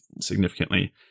significantly